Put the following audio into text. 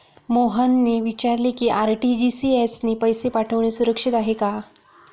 मोहनने विचारले की आर.टी.जी.एस ने पैसे पाठवणे सुरक्षित आहे का?